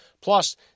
Plus